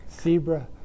Zebra